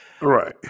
Right